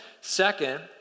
Second